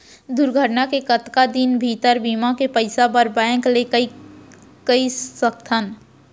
दुर्घटना के कतका दिन भीतर बीमा के पइसा बर बैंक ल कई सकथन?